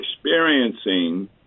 experiencing